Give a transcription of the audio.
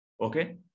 Okay